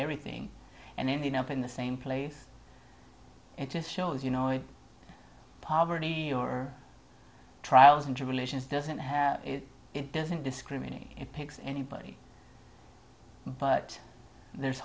everything and ended up in the same place it just shows you know it poverty or trials and tribulations doesn't have it it doesn't discriminate it picks anybody but there's